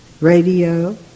radio